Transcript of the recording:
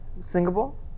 Singapore